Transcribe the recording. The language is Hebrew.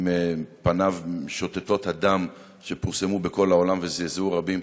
שפניו שותתות דם, שפורסמו בכל העולם וזעזעו רבים.